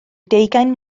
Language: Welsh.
deugain